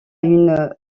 une